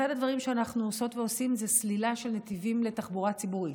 אחד הדברים שאנחנו עושות ועושים זה סלילה של נתיבים לתחבורה ציבורית,